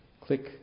click